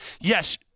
Yes